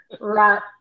right